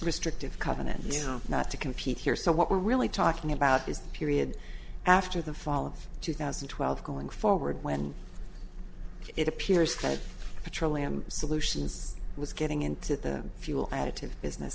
restrictive covenants not to compete here so what we're really talking about is the period after the fall of two thousand and twelve going forward when it appears that petroleum solutions was getting into the fuel additive business